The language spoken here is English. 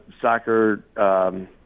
soccer